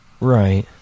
Right